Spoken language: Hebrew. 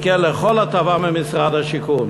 יזכו לכל הטבה ממשרד השיכון.